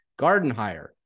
Gardenhire